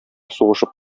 сугышып